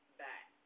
back